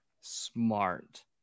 smart